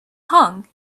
hung